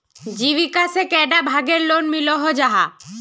जीविका से कैडा भागेर लोन मिलोहो जाहा?